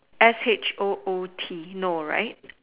S H O O T you know right